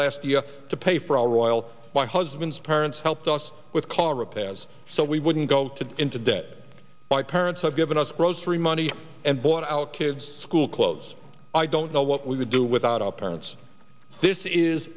last year to pay for all royle my husband's parents helped us with car repairs so we wouldn't go to into debt my parents have given us grocery money and bought our kids school clothes i don't know what we would do without our parents this is